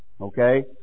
okay